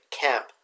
camp